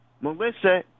Melissa